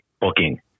booking